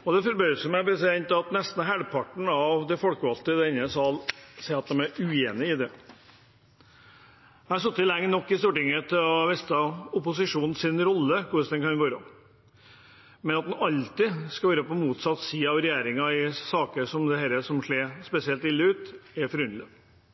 Det forbauser meg at nesten halvparten av de folkevalgte i denne sal sier de er uenig i det. Jeg har sittet lenge nok på Stortinget til å vite hvordan opposisjonens rolle kan være. At en alltid skal stå på motsatt side av regjeringen i saker som denne, som slår spesielt ille ut, er